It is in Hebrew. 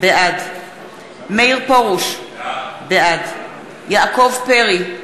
בעד מאיר פרוש, בעד יעקב פרי,